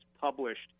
published